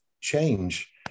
change